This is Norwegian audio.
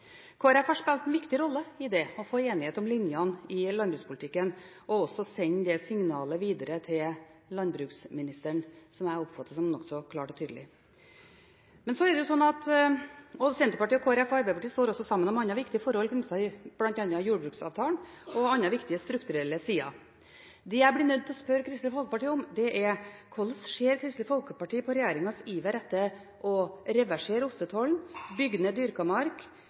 har spilt en viktig rolle i det å få enighet om linjene i landbrukspolitikken og også sende et signal videre til landbruksministeren som jeg oppfatter som nokså klart og tydelig. Senterpartiet, Kristelig Folkeparti og Arbeiderpartiet står også sammen om andre forhold knyttet bl.a. til jordbruksavtalen og andre viktige strukturelle sider. Det jeg blir nødt til å spørre Kristelig Folkeparti om, er: Hvordan ser Kristelig Folkeparti på regjeringens iver etter å reversere ostetollen, bygge ned dyrket mark,